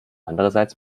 andererseits